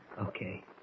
Okay